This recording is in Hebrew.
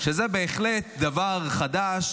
וזה בהחלט דבר חדש